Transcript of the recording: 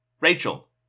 Rachel